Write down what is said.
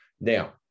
Now